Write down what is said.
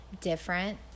different